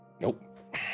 Nope